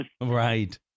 Right